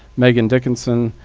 megan dickinson,